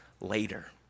later